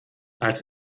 als